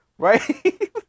Right